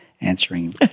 answering